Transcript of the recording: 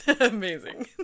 amazing